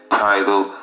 title